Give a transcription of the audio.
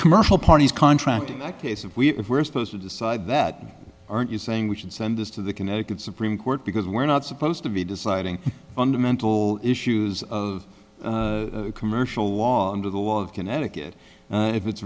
commercial parties contracting a case of we if we're supposed to decide that aren't you saying we should send this to the connecticut supreme court because we're not supposed to be deciding fundamental issues of commercial law under the law of connecticut if it's